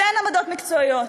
שאין עמדות מקצועיות?